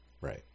Right